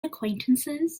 acquaintances